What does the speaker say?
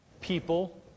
people